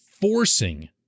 forcing